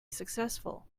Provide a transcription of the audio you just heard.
successful